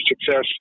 success